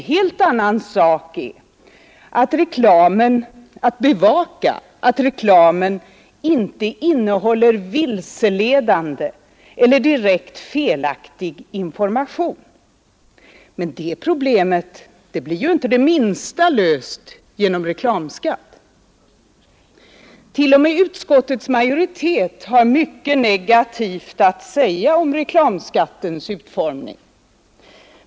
En helt annan sak är att bevaka att reklamen inte innehåller vilseledande eller direkt felaktig information, men det problemet blir ju inte det minsta löst genom reklamskatt. T.o.m. utskottets majoritet har mycket negativt att säga om reklamskattens utformning.